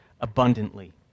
abundantly